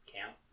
count